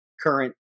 current